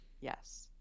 Yes